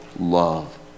love